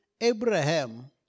Abraham